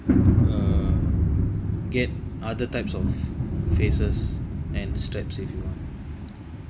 um get other types of faces and straps if you